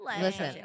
Listen